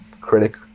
critic